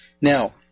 Now